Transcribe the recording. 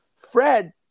Fred